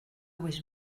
was